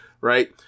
right